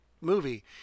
movie